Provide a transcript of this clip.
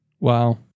Wow